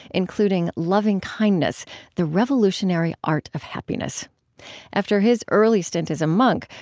including lovingkindness the revolutionary art of happiness after his early stint as a monk,